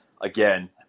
again